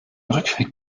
rückweg